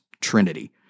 Trinity